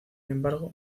embargo